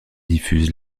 diffuse